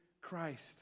Christ